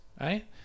right